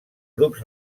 grups